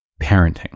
parenting